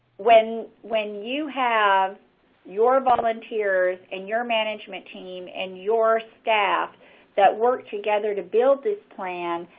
when when you have your volunteers and your management team and your staff that work together to build this plan,